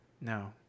No